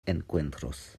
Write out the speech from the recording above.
encuentros